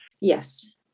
Yes